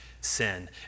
sin